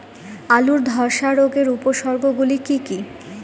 আলুর ধ্বসা রোগের উপসর্গগুলি কি কি?